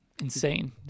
Insane